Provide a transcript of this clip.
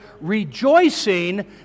rejoicing